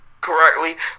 correctly